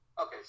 Okay